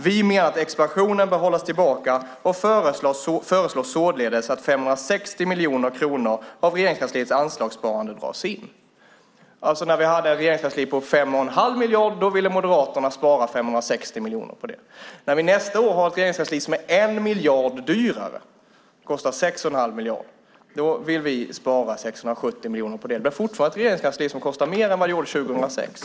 Vi menar att expansionen bör hållas tillbaka och föreslår således att 560 miljoner kronor av Regeringskansliets anslagssparande dras in. När vi hade ett regeringskansli för 5 1⁄2 miljard ville Moderaterna spara 560 miljoner. När vi nästa år har ett regeringskansli som är 1 miljard dyrare och kostar 6 1⁄2 miljard vill vi spara 670 miljoner. Det blir fortfarande ett regeringskansli som kostar mer än vad det gjorde 2006.